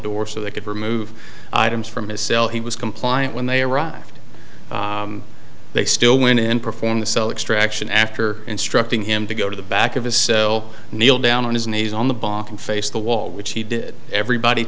door so they could remove items from his cell he was compliant when they arrived they still went in performed the cell extraction after instructing him to go to the back of his cell kneel down on his knees on the bottom face the wall which he did everybody